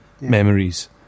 Memories